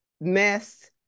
mess